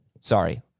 Sorry